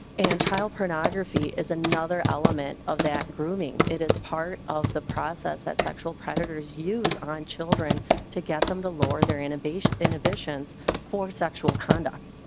and child pornography is another element of that grooming. it is part of the process that sexual predators use on children to give them to lower their inhibitions inhibitions for sexual conduct.